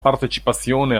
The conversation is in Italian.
partecipazione